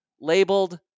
labeled